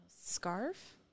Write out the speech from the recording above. Scarf